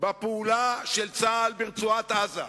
בפעולה של צה"ל ברצועת-עזה,